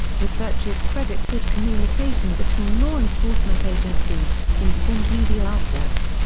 researchers credit good communication between law enforcement agencies, informed media outlets,